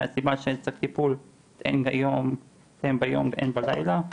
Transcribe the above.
מהסיבה שאני צריך טיפול הן ביום והן בלילה.